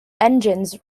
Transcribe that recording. engines